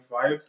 five